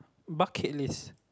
bucket list